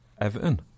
Everton